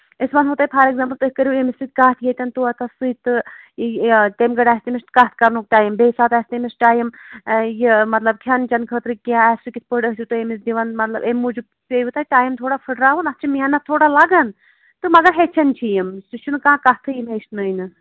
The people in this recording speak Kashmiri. أسی وَنہوو تۄہہِ فار ایٚکزامپٔل تُہۍ کٔرِو ییٚمِس سۭتۍ کَتھ ییٚتین طوطس سۭتۍ تہٕ یہِ تَمہِ گٔرِ آسہِ تٔمِس کَتھ کَرنُک ٹایم بیٚیہِ ساتہٕ آسہِ تٔمِس ٹایم یہِ مطلب کھیٚن چیٚن خٲطرٕ کیٛاہ آسہِ کِتھٕ پٲٹھۍ آسوٕ تُہۍ أمِس دِوان مطلب اَمہِ موٗجوٗب پییوٕ تۄہہِ ٹایم تھوڑا پھُٹراوُن اَتھ چھُ محنت تھوڑا لگان تہٕ مَگر ہیٚچھَن چھِ یِم سُہ چھُنہٕ کانٛہہ کَتھٕے یِم ہیٚچھنٕے نہٕ